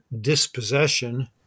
dispossession